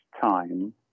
time